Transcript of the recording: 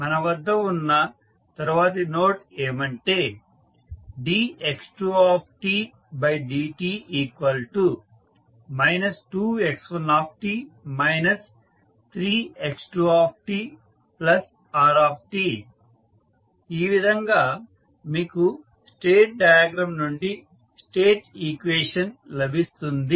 మన వద్ద ఉన్న తరువాతి నోడ్ ఏమంటే dx2dt 2x1t 3x2tr ఈ విధంగా మీకు స్టేట్ డయాగ్రమ్ నుండి స్టేట్ ఈక్వేషన్ లభిస్తుంది